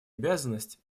обязанность